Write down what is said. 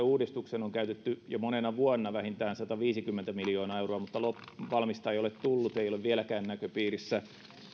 uudistuksen valmisteluun on käytetty jo monena vuonna vähintään sataviisikymmentä miljoonaa euroa mutta valmista ei ole tullut ei ole vieläkään näköpiirissä